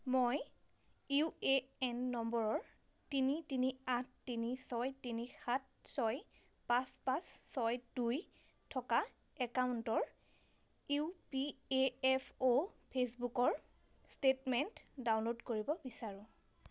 মই U A N number তিনি তিনি আঠ তিনি ছয় তিনি সাত ছয় পাঁচ পাচঁ ছয় দুই থকা একাউণ্টৰ U P A F O ফেছবুকৰ ষ্টেটমেণ্ট ডাউনলোড কৰিব বিচাৰোঁ